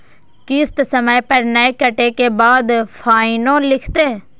किस्त समय पर नय कटै के बाद फाइनो लिखते?